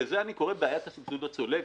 לזה אני קורא בעיית הסבסוד הצולב.